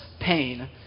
pain